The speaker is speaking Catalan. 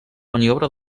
maniobra